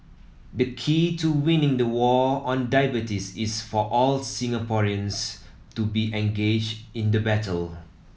the key to winning the war on diabetes is for all Singaporeans to be engaged in the battle